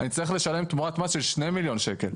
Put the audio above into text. אני צריך לשלם תמורת מס של שני מיליון שקל.